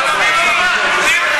הם פתוחים.